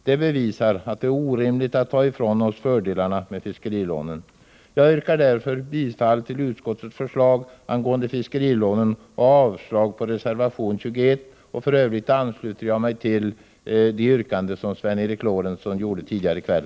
Det bevisar att det är orimligt att ta ifrån oss fördelarna med fiskerilånen. Jag yrkar därför bifall till utskottets förslag angående fiskerilånen och avslag på reservation 21. I övrigt ansluter jag mig till de yrkanden som Sven Eric Lorentzon framförde tidigare i kväll.